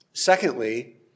Secondly